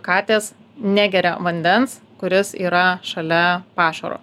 katės negeria vandens kuris yra šalia pašaro